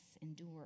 endure